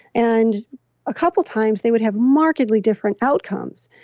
and a couple times they would have markedly different outcomes.